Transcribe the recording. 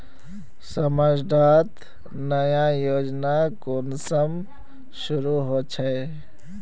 समाज डात नया योजना कुंसम शुरू होछै?